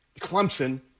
Clemson